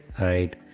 right